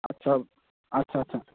আচ্ছা আচ্ছা আচ্ছা